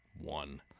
One